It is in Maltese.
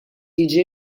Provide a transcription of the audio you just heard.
jiġi